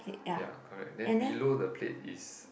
ya correct then below the plate is